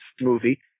movie